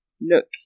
look